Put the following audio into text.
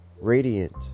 radiant